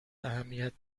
اهمیت